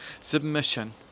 submission